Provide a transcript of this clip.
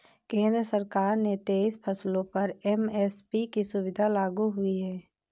केंद्र सरकार ने तेईस फसलों पर एम.एस.पी की सुविधा लागू की हुई है